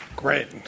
Great